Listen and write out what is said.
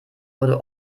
wurde